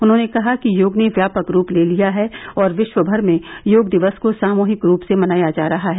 उन्होंने कहा कि योग ने व्यापक रूप ले लिया है और विश्वमर में योग दिवस को सामूहिक रूप से मनाया जा रहा है